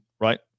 right